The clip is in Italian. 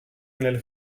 nelle